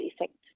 effect